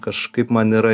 kažkaip man yra